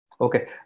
Okay